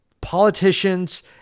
politicians